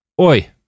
Oi